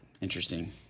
Interesting